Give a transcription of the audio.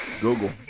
Google